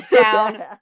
down